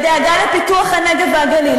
בדאגה לפיתוח הנגב והגליל?